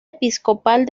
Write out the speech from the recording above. episcopal